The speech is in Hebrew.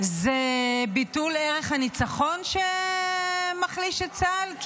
זה ביטול ערך הניצחון שמחליש את צה"ל?